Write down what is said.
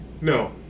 no